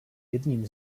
jedním